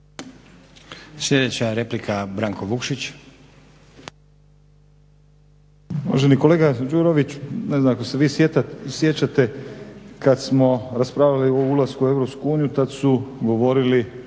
Sljedeća replika Branko Vukšić.